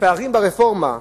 הפערים ברפורמה במס,